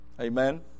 Amen